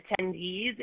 attendees